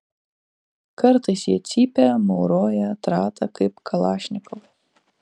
kartais jie cypia mauroja trata kaip kalašnikovai